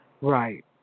Right